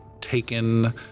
taken